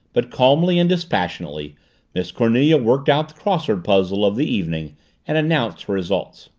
but calmly and dispassionately miss cornelia worked out the crossword puzzle of the evening and announced her results.